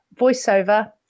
voiceover